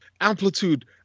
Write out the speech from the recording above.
amplitude